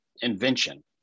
invention